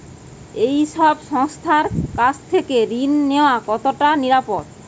এই সব সংস্থার কাছ থেকে ঋণ নেওয়া কতটা নিরাপদ?